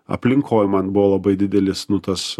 aplinkoj man buvo labai didelis nu tas